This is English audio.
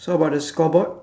so how about the scoreboard